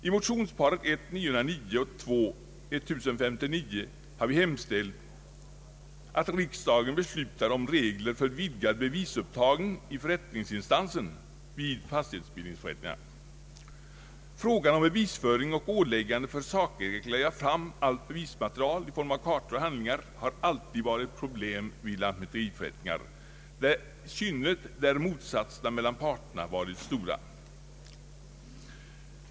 I motionsparet 1:909 och II:1059 har vi hemställt ”att riksdagen beslutar om regler för vidgad bevisupptagning i förrättningsinstansen vid fastighetsbildningsförrättningar”. Frågan om bevisföring och åläggande för sakägare att lägga fram allt bevismaterial i form av kartor och handlingar har alltid varit ett problem vid lantmäteriförrättningar, i synnerhet när motsättningarna mellan parterna varit stora.